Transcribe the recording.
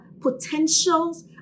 potentials